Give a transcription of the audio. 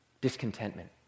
Discontentment